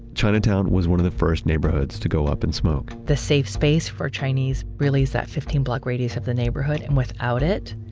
chinatown was one of the first neighborhoods to go up in smoke the safe space for chinese really is that fifteen block radius of the neighborhood and without it,